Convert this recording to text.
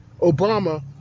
Obama